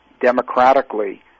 democratically